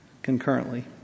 Concurrently